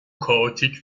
kaotik